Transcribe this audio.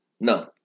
No